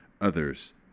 others